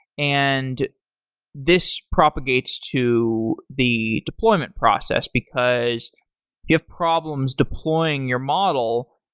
and this propagates to the deployment process, because you have problems deploying your model.